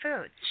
foods